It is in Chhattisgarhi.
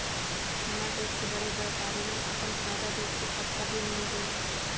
हमर देस के बड़े बैपारी मन अपन फायदा देखके पक्का बिल नइ देवय